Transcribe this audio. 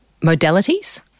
modalities